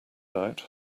out